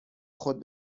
خود